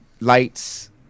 lights